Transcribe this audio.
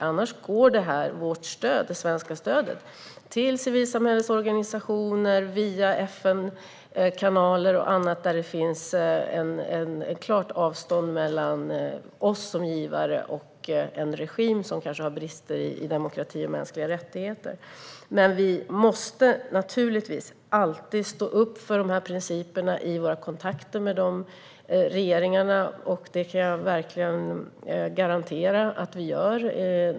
Annars går det svenska stödet till civilsamhällets organisationer, via FN-kanaler och annat, där det finns ett klart avstånd mellan oss som givare och regimer som har brister i demokrati och mänskliga rättigheter. Men vi måste naturligtvis alltid stå upp för de här principerna i våra kontakter med dessa regeringar, och det kan jag verkligen garantera att vi gör.